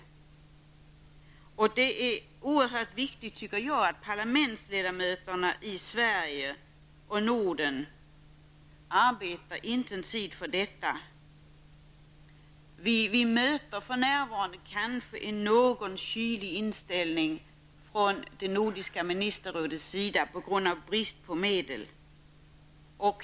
Jag tycker att det är oerhört viktigt att parlamentsledamöter i Sverige och Norden intensivt arbetar för detta. För närvarande möter vi kanske en något kylig inställning från Nordiska ministerrådet på grund av brist på medel.